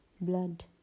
blood